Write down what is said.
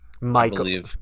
Michael